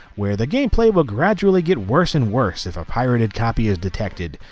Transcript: where the gameplay will gradually get worse and worse if a pirated copy is detected.